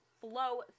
flow